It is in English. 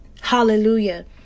hallelujah